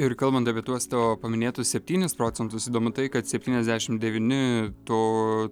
ir kalbant apie tuos tavo paminėtus septynis procentus įdomu tai kad septyniasdešimt devyni to